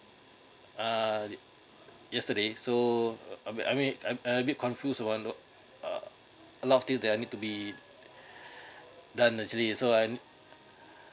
uh yesterday so uh I mean I I bit confused about a lot of things that I need to be done actually so I